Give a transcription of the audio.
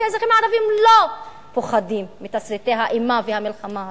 כי האזרחים הערבים לא פוחדים מתסריטי האימה והמלחמה הזאת.